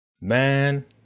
Man